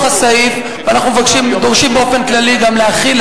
הסעיף ואנחנו דורשים באופן כללי גם להחיל,